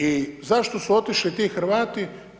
I zašto su otišli ti Hrvati?